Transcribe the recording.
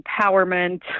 empowerment